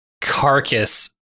carcass